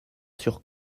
sur